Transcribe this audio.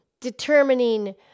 determining